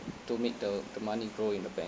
to make the the money grow in the bank